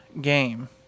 game